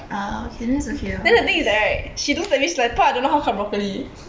ah okay then it's okay orh